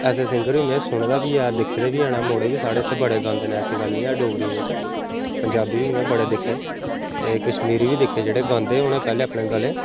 असें सिंगर में सुने दा बी ऐ दिक्खे दे बी हैन मुड़े बी साढ़े इत्थे बड़े गांदे न ऐसी गल्ल नी ऐ डोगरी बिच्च पंजाबी बी में बड़े दिक्खे एह् कश्मीरी बी दिक्खे जेह्ड़े गांदे उनें पैह्लें अपने गले